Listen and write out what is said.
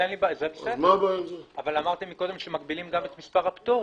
אבל אמרתם קודם שמגבילים גם את מספר הפטורים.